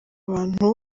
bantu